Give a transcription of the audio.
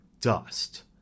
dust